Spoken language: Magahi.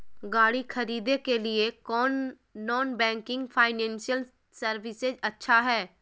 गाड़ी खरीदे के लिए कौन नॉन बैंकिंग फाइनेंशियल सर्विसेज अच्छा है?